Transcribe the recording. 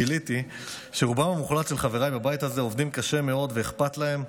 גיליתי שרובם המוחלט של חבריי בבית הזה עובדים קשה מאוד ואכפת להם,